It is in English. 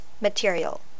material